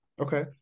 Okay